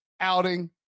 outing